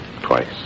Twice